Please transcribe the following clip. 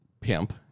Pimp